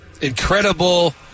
Incredible